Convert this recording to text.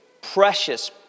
precious